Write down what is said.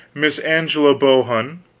miss angela bohun,